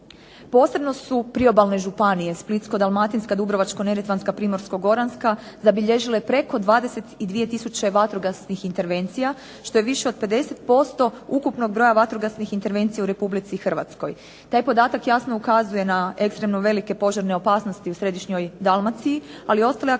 Posebno su priobalne županije Splitsko-dalmatinska, Dubrovačko-neretvanska, Primorsko-goranska zabilježile preko 22000 vatrogasnih intervencija što je više od 50% ukupnog broja vatrogasnih intervencija u Republici Hrvatskoj. Taj podatak jasno ukazuje na ekstremno velike požarne opasnosti u središnjoj Dalmaciji ali i ostale aktivnosti